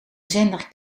zender